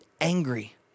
angry